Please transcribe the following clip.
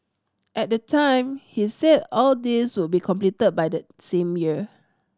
at the time he said all these would be completed by that same year